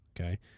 okay